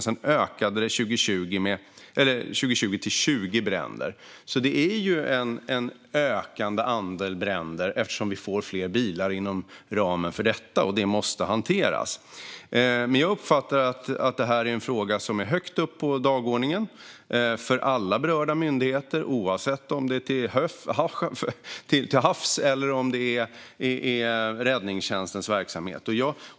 Sedan ökade antalet till 20 bränder år 2020. Det är alltså ett ökande antal bränder eftersom vi får fler bilar inom ramen för detta, och det måste hanteras. Men jag uppfattar att detta är en fråga som är högt upp på dagordningen för alla berörda myndigheter, oavsett om det är till havs eller om det är räddningstjänstens verksamhet.